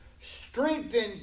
strengthen